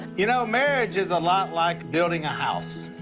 you know, marriage is a lot like building a house.